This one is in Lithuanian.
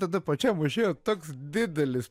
tada pačiam užėjo toks didelis